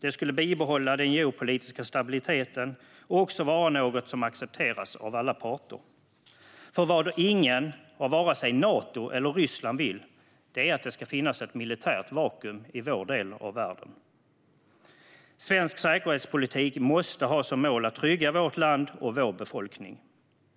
Det skulle bibehålla den geopolitiska stabiliteten och också vara något som accepteras av alla parter, för varken Nato eller Ryssland vill att det ska finnas ett militärt vakuum i vår del av världen. Svensk säkerhetspolitik måste ha som mål att trygga vårt land och vår befolkning.